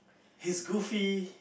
he's goofy